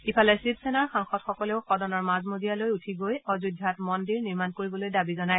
ইফালে শিৱসেনাৰ সাংসদসকলেও সদনৰ মাজ মজিয়ালৈ উঠি গৈ অযোধ্যাত মন্দিৰ নিৰ্মাণ কৰিবলৈ দাবী জনায়